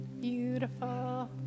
Beautiful